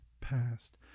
past